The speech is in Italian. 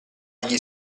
gli